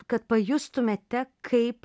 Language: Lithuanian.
kad pajustumėte kaip